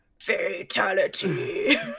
Fatality